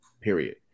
period